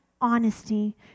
honesty